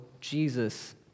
Jesus